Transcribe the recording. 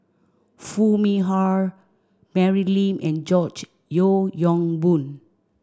Foo Mee Har Mary Lim and George Yeo Yong Boon